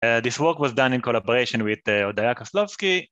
והעבודה הזאת נעשתה בשיתוף עם הודיה קסלובסקי